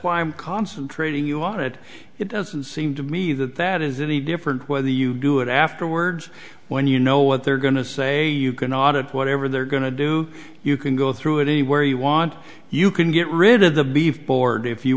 why i'm concentrating you on it it doesn't seem to me that that is any different whether you do it afterwards when you know what they're going to say you can audit whatever they're going to do you can go through it anywhere you want you can get rid of the beav board if you